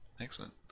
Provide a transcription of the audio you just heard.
Excellent